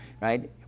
right